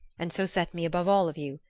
and so set me above all of you,